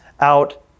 out